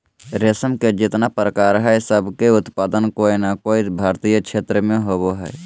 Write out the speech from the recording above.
रेशम के जितना प्रकार हई, सब के उत्पादन कोय नै कोय भारतीय क्षेत्र मे होवअ हई